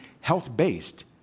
health-based